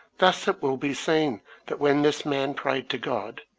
thus it will be seen that when this man prayed to god,